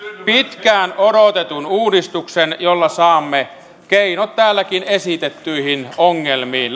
pitkään odotetun uudistuksen jolla saamme keinot täälläkin esitettyihin ongelmiin